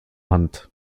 hand